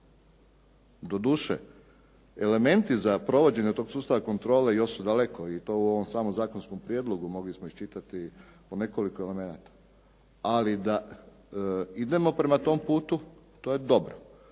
Doduše, elementi za provođenje tog sustava kontrole još su daleko i to u ovom samom zakonskom prijedlogu mogli smo iščitati u nekoliko elemenata. Ali da idemo prema tom putu to je dobro.